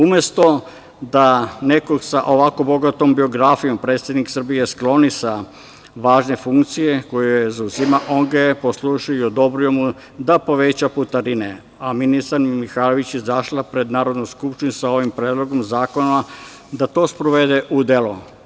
Umesto da nekog sa ovako bogatom biografijom, predsednik Srbije skloni sa važne funkcije koju ima, on mu je poslužio i odobrio je da poveća putarine, a ministar Mihajlović je izašla pred Narodnu skupštinu sa ovim predlogom zakona da to sprovede u delo.